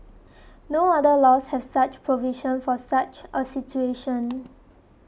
no other laws have such provisions for such a situation